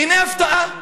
והינה, הפתעה,